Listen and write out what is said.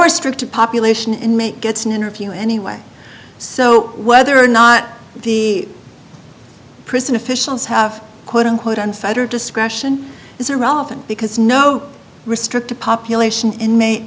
restricted population inmate gets an interview anyway so whether or not the prison officials have quote unquote unfettered discretion is irrelevant because no restricted population inma